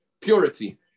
purity